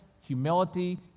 humility